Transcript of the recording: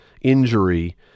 injury